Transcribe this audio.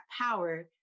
power